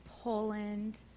Poland